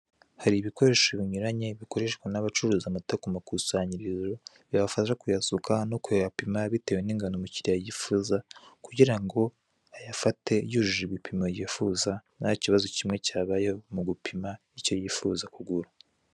Hari ibikoresho binyuranye, bikoreshwa n'abacuruza amata ku makusanyirizo, bibafasha kuyasuka no kuyapima, bitewe n'ingano umukiriya yifuza, kugira ngo ayafate yujuje ibipimo yifuza, nta kibazo kimwe cyabayeho mu gupima icyo yifuza kugura.